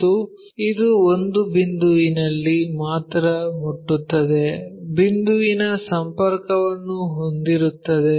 ಮತ್ತು ಇದು ಒಂದು ಬಿಂದುವಿನಲ್ಲಿ ಮಾತ್ರ ಮುಟ್ಟುತ್ತದೆ ಬಿಂದುವಿನ ಸಂಪರ್ಕವನ್ನು ಹೊಂದಿರುತ್ತದೆ